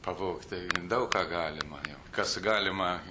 pavogti daug ką galima jau kas galima